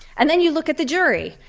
and then, you look at the jury.